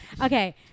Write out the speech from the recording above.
okay